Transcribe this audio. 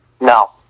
No